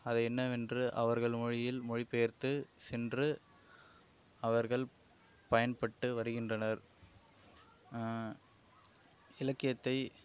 அது என்னவென்று அவர்கள் மொழியில் மொழிபெயர்த்துச் சென்று அவர்கள் பயன்பட்டு வருகின்றனர் இலக்கியத்தை